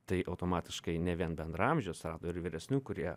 tai automatiškai ne vien bendraamžių atsirado ir vyresnių kurie